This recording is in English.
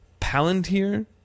palantir